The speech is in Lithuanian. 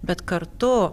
bet kartu